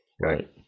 right